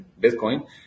Bitcoin